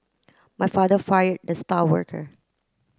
my father fired the star worker